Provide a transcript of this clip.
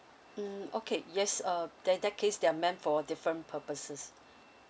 mm okay yes uh then that case they're meant for different purposes